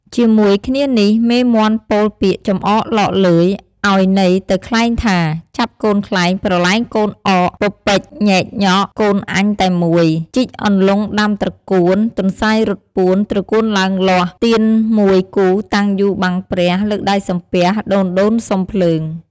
ជាមួយគ្នានេះមេមាន់ពោលពាក្យចំអកឡកឡើយឱ្យន័យទៅខ្លែងថា «ចាប់កូនខ្លែងប្រឡែងកូនអក ពពេចញ៉ែកញ៉កកូនអញតែមួយ ជីកអន្លង់ដាំត្រកួន ទន្សាយរត់ពួន ត្រកួនឡើងលាស់ ទៀន១គូតាំងយូបាំងព្រះ លើកដៃសំពះ ដូនៗសុំភ្លើង» ។